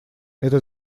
это